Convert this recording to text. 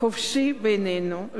חופשי בינינו.